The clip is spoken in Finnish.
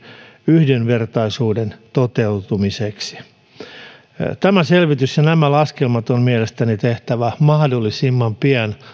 yhdenvertaisuuden toteutumiseksi tämä selvitys ja nämä laskelmat on mielestäni tehtävä mahdollisimman pian